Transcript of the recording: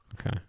Okay